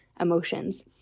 emotions